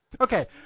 okay